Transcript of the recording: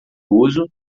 uso